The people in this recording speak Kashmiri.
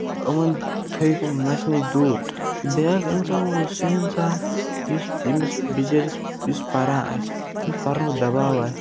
یِمَن تھٲیِکھ یِم نَشہِ نِش دوٗر تہٕ بیٛاکھ اِنسان گوٚو سُہ اِنسان یُس ییٚمِس بِچٲرِس یُس پَران آسہِ ییٚمِس پَرنُک دَباو آسہِ